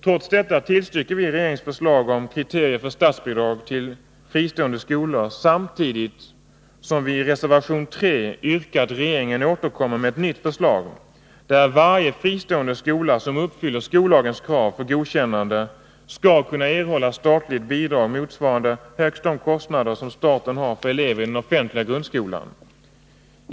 Trots detta tillstyrker vi regeringens förslag om kriterier för statsbidrag till fristående skolor samtidigt som vi i reservation 3 yrkar att regeringen återkommer med ett nytt förslag, där varje fristående skola som uppfyller skollagens krav för godkännande skall kunna erhålla statligt bidrag motsvarande högst de kostnader som staten har för elever i den offentliga grundskolan.